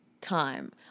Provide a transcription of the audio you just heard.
time